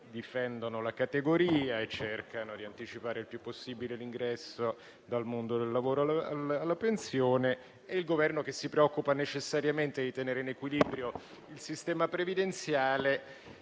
difendono la categoria e cercano di anticipare il più possibile il passaggio dal mondo del lavoro alla pensione e il Governo che si preoccupa necessariamente di tenere in equilibrio il sistema previdenziale